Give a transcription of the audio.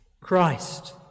Christ